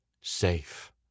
safe